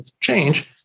change